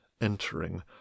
entering